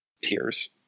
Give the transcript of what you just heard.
tears